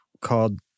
called